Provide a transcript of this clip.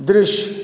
दृश्य